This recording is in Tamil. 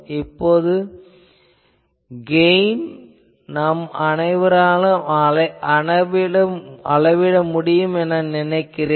இப்போது கெயின் நம் அனைவராலும் அளவிட முடியும் என நினைக்கிறேன்